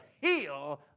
heal